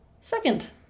Second